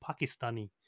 Pakistani